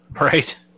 Right